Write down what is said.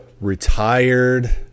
retired